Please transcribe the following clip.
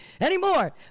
anymore